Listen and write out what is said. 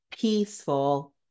peaceful